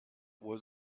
was